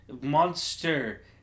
monster